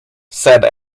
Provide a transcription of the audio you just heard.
said